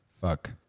Fuck